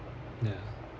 ya